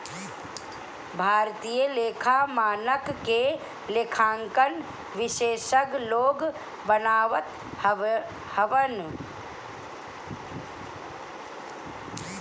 भारतीय लेखा मानक के लेखांकन विशेषज्ञ लोग बनावत हवन